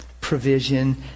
provision